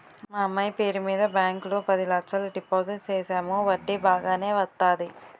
మా అమ్మాయి పేరు మీద బ్యాంకు లో పది లచ్చలు డిపోజిట్ సేసాము వడ్డీ బాగానే వత్తాది